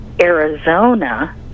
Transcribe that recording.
Arizona